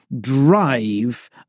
drive